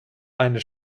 eine